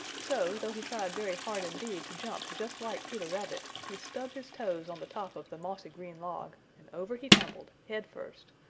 so though he tried very hard indeed to jump just like peter rabbit, he stubbed his toes on the top of the mossy green log and over he tumbled, head first,